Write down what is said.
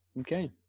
okay